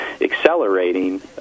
accelerating